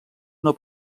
una